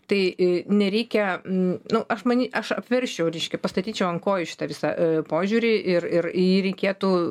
tai i nereikia m nu aš many aš apversčiau reiškia pastatyčiau ant kojų šitą visą e požiūrį ir ir į jį reikėtų